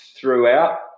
throughout